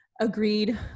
agreed